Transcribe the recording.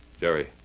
Jerry